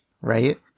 Right